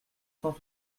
cent